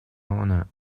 honor